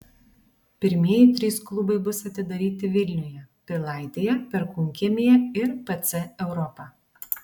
pirmieji trys klubai bus atidaryti vilniuje pilaitėje perkūnkiemyje ir pc europa